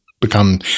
become